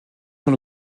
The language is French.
sont